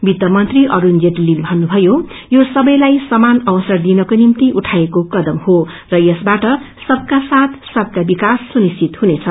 वित्त मंत्री अरूणजेटलीजले भन्नुभयो यो सबैलाई समान अवसर दिनको निम्ति उठाइएको कदम हो र यसबाट सबका साथ सबका विकास सुनिश्चित हुनेछ